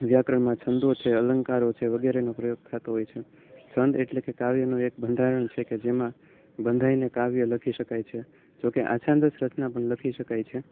વ્યાકરણમાં છંદો છે અલંકારો છે વગેરેનો પ્રયોગ થતો હોય છે છંદ એટલે કે કાવ્યનું એક બંધારણ છે કે જેમાં બંધાઈને કાવ્ય લખી શકાય છે જોકે આ અછાંદસ રચના પણ લખી શકાય છે